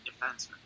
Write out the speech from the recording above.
defenseman